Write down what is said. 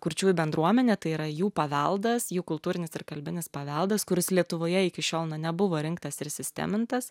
kurčiųjų bendruomenė tai yra jų paveldas jų kultūrinis ir kalbinis paveldas kuris lietuvoje iki šiol na nebuvo rinktas ir sistemintas